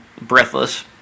breathless